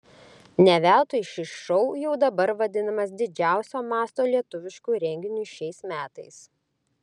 ne veltui šis šou jau dabar vadinamas didžiausio masto lietuvišku renginiu šiais metais